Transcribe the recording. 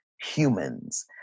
humans